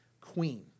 queen